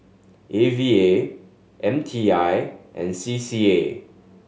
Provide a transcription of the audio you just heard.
A V A M T I and C C A